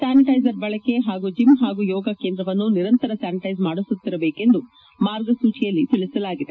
sanitiser ಬಳಕೆ ಹಾಗೂ gym ಹಾಗೂ ಯೋಗ ಕೇಂದ್ರವನ್ನು ನಿರಂತರ ಸ್ಥಾನಿಟೈಸ್ ಮಾಡಿಸುತ್ತಿರಬೇಕು ಎಂದು ಮಾರ್ಗಸೂಚಿಯಲ್ಲಿ ತಿಳಿಸಲಾಗಿದೆ